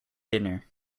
dinner